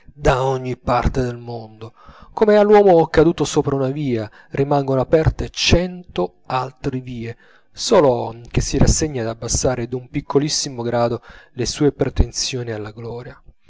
da ogni parte del mondo come all'uomo caduto sopra una via rimangano aperte cento altre vie solo che si rassegni ad abbassare d'un piccolissimo grado le sue pretensioni alla gloria